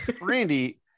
Randy